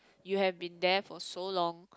you have been there for so long